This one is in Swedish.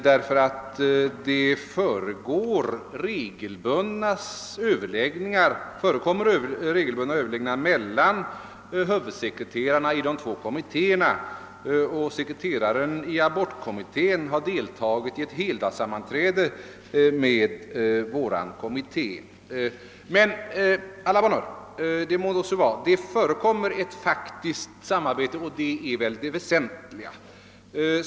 Det förekommer nämligen regelbundet överläggningar mellan kommittéernas huvudsekreterare, och sekreteraren i abortkommittén har deltagit i ett helgdagssammanträde med vår kommitté. — Men å la bonne heure — det förekommer ett faktiskt samarbete, och det är det väsentliga.